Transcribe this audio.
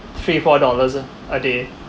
three four dollars ah a day